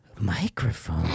Microphone